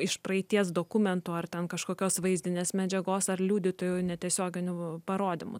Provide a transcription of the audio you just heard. iš praeities dokumentų ar ten kažkokios vaizdinės medžiagos ar liudytojų netiesioginių parodymų